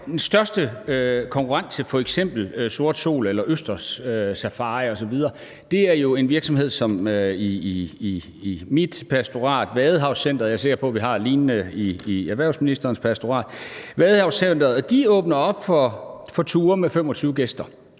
den største konkurrent til f.eks. sort sol- eller østerssafarier osv. jo er en virksomhed, som i mit pastorat er Vadehavscentret – jeg er sikker på, at vi har lignende i erhvervsministerens pastorat – som åbner op for ture med 25 gæster.